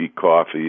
coffee